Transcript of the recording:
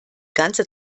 ganze